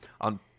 on